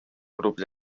grups